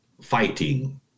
fighting